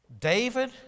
David